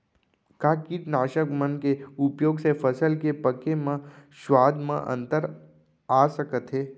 का कीटनाशक मन के उपयोग से फसल के पके म स्वाद म अंतर आप सकत हे?